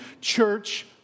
church